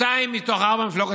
שתיים מתוך ארבע מפלגות,